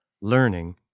Learning